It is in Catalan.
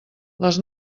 les